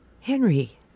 Henry